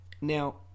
Now